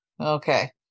Okay